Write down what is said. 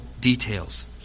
details